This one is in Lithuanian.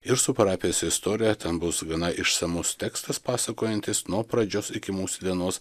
ir su parapijos istorija ten bus gana išsamus tekstas pasakojantis nuo pradžios iki mūsų dienos